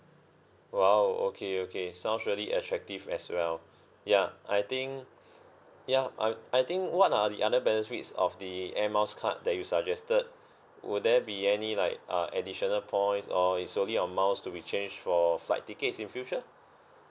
!wow! okay okay sounds really attractive as well ya I think ya I I think what are the other benefits of the air miles card that you suggested would there be any like uh additional points or it's only on miles to be changed for flight tickets in future